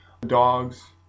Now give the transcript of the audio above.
dogs